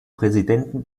präsidenten